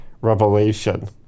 Revelation